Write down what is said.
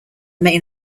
main